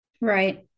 Right